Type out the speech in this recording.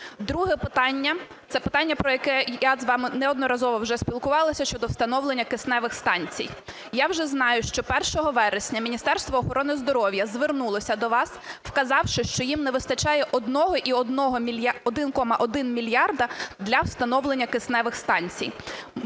– це питання, про яке я з вами неодноразово вже спілкувалася, щодо встановлення кисневих станцій. Я вже знаю, що 1 вересня Міністерство охорони здоров'я звернулося до вас, вказавши, що їм не вистачає 1,1 мільярда для встановлення кисневих станцій.